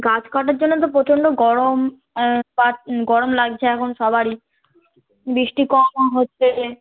গাছ কাটার জন্য তো প্রচণ্ড গরম গাছ গরম লাগছে এখন সবারই বৃষ্টি কমও হচ্ছে